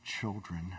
children